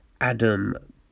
Adam